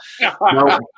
No